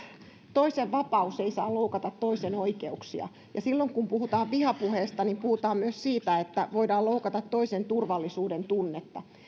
toisen vapaus ei saa loukata toisen oikeuksia ja silloin kun puhutaan vihapuheesta niin puhutaan myös siitä että voidaan loukata toisen turvallisuudentunnetta